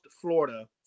Florida